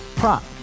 Prop